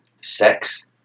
Sex